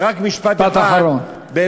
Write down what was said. משפט אחרון.